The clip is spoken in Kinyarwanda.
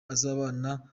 azabana